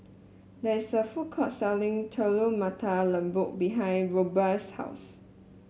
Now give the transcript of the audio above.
there is a food court selling Telur Mata Lembu behind Rubye's house